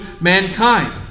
mankind